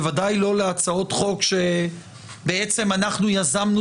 בוודאי לא להצעות חוק שבעצם אנחנו יזמנו